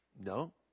No